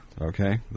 okay